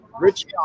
Rich